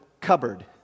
cupboard